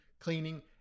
cleaning